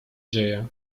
dzieje